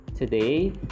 Today